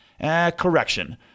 Correction